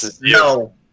No